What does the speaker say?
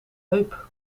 heup